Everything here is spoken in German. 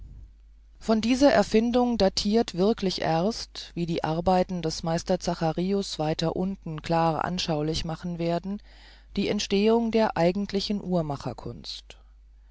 von dieser erfindung datirt wirklich erst wie die arbeiten des meister zacharius weiter unten klarer anschaulich machen werden die entstehung der eigentlichen